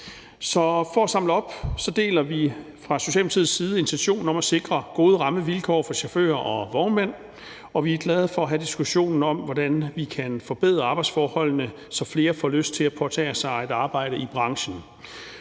for at samle op vil jeg sige, at vi fra Socialdemokratiets side deler intentionen om at sikre gode rammevilkår for chauffører og vognmænd. Og vi er glade for at have diskussionen om, hvordan vi kan forbedre arbejdsforholdene, så flere får lyst til at påtage sig at arbejde i branchen.